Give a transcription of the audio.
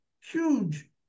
Huge